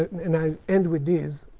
and i end with this